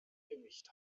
gewicht